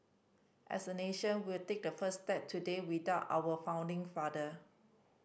as a nation we'll take the first step today without our founding father